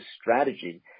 strategy